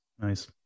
Nice